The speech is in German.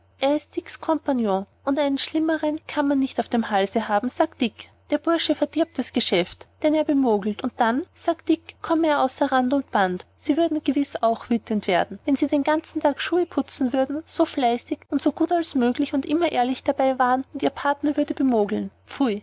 kompagnon und einen schlimmeren kann man nicht auf dem halse haben sagt dick der bursche verdirbt das geschäft denn er bemogelt und dann sagt dick komme er außer rand und band sie würden gewiß auch wütend werden wenn sie den ganzen tag schuhe putzen würden so fleißig und so gut als möglich und immer ehrlich dabei wären und ihr partner würde bemogeln pfui